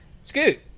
Scoot